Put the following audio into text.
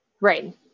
Right